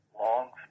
long